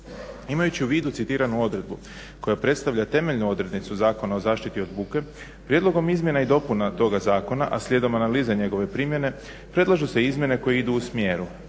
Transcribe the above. Imajući u vidu citiranu odredbu koja predstavlja temeljnu odrednicu Zakona o zaštiti od buke prijedlogom izmjena i dopuna toga zakona a slijedom analize njegove primjene predlažu se izmjene koje idu u smjeru